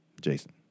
Jason